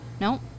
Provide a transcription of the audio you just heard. no